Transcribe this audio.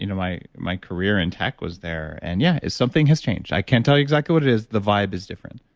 you know my my career in tech was there and yeah, something has changed. i can't tell you exactly what it is. the vibe is different